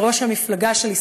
לראש המפלגה שלי,